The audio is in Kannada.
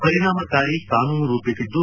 ಪರಿಣಾಮಕಾರಿ ಕಾನೂನು ರೂಪಿಸಿದ್ದು